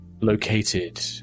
located